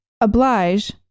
oblige